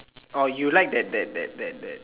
oh you like that that that that that